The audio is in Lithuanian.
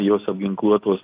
jos apginkluotos